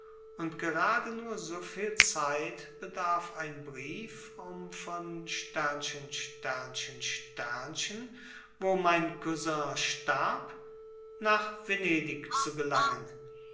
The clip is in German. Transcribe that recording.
und gerade nur soviel zeit bedarf ein brief um von wo mein cousin starb nach venedig zu gelangen